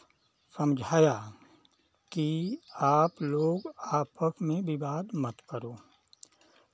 समझाया की आपलोग आपस में विवाद मत करो